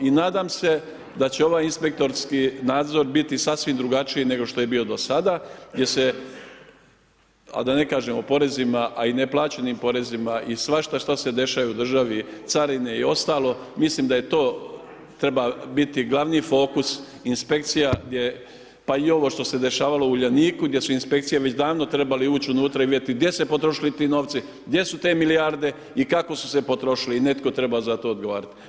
I nadam se da će ovaj inspektorski nadzor biti sasvim drugačiji, nego što je bio do sada jer se, a da ne kažem o porezima, a i neplaćenim porezima i svašta što se dešava u državi, carine i ostalo mislim da to treba biti glavni fokus inspekcija gdje pa i ovo što se dešavalo u Uljaniku gdje su inspekcije već davno trebale ući unutra i vidjeti gdje su se potrošili ti novci, gdje su te milijarde i kako su se potrošile i netko treba za to odgovarati.